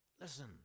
Listen